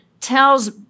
tells